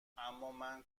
امامن